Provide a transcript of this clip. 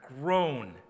grown